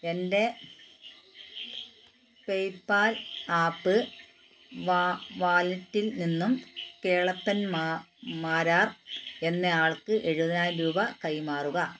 എൻ്റെ PayPal app വാലറ്റിൽ നിന്നും കേളപ്പൻ മാരാർ എന്നയാൾക്ക് എഴുപതിനായിരം രൂപ കൈമാറുക